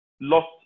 lost